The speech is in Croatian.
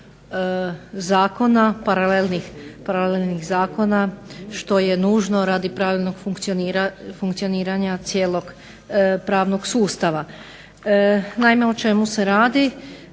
paralelnih zakona što je nužno radi pravilnog funkcioniranja cijelog pravnog sustava.